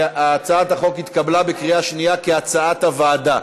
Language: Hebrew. הצעת החוק התקבלה בקריאה שנייה כהצעת הוועדה.